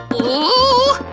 oooh!